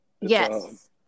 Yes